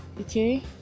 Okay